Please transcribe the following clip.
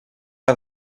pas